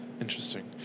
Interesting